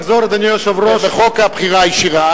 בחוק הבחירה הישירה,